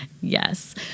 Yes